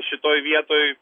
šitoj vietoj